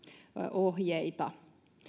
ohjeita